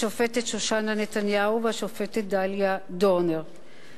השופטת שושנה נתניהו והשופטת דליה דורנר.